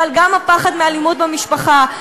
אבל גם הפחד מאלימות במשפחה,